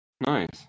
Nice